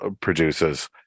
produces